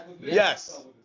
Yes